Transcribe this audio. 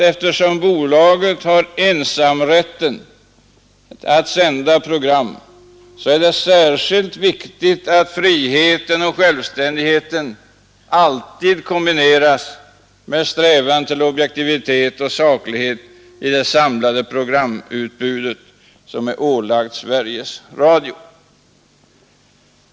Eftersom bolaget har ensamrätten att sända program, är det naturligtvis särskilt viktigt att friheten och självständigheten alltid kombineras med strävanden till objektivitet och saklighet i det samlade programutbud som ålagts Sveriges Radio.